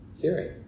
hearing